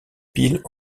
piles